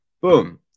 Boom